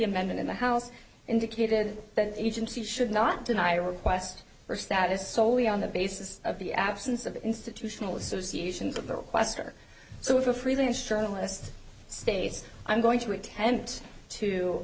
amendment in the house indicated that the agency should not deny request for status solely on the basis of the absence of institutional associations of the requester so if a freelance journalist states i'm going to attempt to